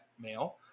male